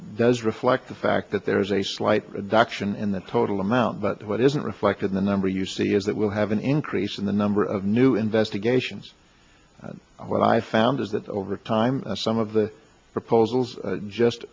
does reflect the fact that there is a slight reduction in the total amount but what isn't reflected in the number you see is that we'll have an increase in the number of new investigations and what i founded that over time some of the proposals just